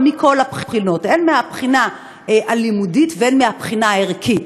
מכל הבחינות: הן מהבחינה הלימודית והן מהבחינה הערכית.